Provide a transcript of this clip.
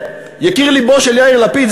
יקיר לבו של יאיר לפיד,